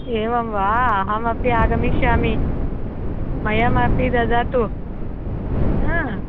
एवं वा अहमपि आगमिष्यामि मह्यमपि ददातु हा